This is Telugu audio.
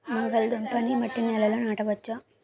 బంగాళదుంప నీ మట్టి నేలల్లో నాట వచ్చా?